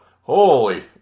Holy